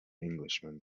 englishman